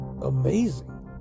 amazing